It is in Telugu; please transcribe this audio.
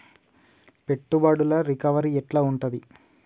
పెట్టుబడుల రికవరీ ఎట్ల ఉంటది?